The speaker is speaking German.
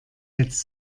jetzt